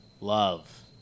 love